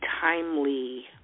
timely